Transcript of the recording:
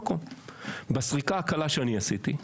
בסריקה הקלה שאני עשיתי,